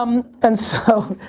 um and so,